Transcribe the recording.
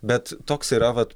bet toks yra vat